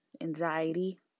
anxiety